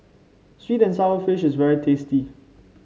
sweet and sour fish is very tasty